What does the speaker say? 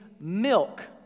milk